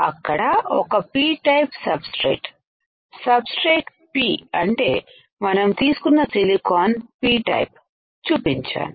అక్కడ ఒక P type substrate substrate P అంటే మనం తీసుకున్న సిలికాన్ P టై పు చూపించాను